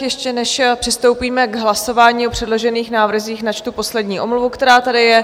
Ještě než přistoupíme k hlasování o předložených návrzích, načtu poslední omluvu, která tady je.